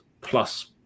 plus